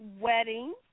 wedding